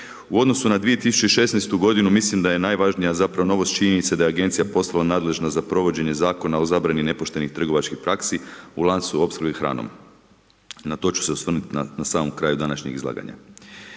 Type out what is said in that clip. U odnosu na 2016. mislim da je najvažnija zapravo novost, činjenica da je agencija postala nadležna za provođenje zakona o zabrani nepoštenih trgovačkih praksi u lancu opskrbe hranom, na to ću se osvrnuti na samom kraju današnjeg izlaganja.